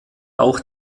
auch